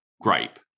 gripe